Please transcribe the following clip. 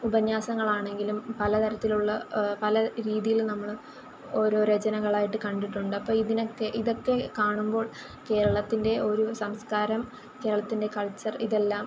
ഉപന്യാസങ്ങൾ ആണെങ്കിലും പല തരത്തിലുള്ള പല രീതിയിലും നമ്മൾ ഓരോ രചനകളായിട്ട് കണ്ടിട്ടുണ്ട് അപ്പോൾ ഇതിനൊക്കെ ഇതൊക്കെ കാണുമ്പോൾ കേരളത്തിൻറെ ഒരു സംസ്കാരം കേരളത്തിൻറെ കൾച്ചർ ഇതെല്ലാം